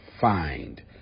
find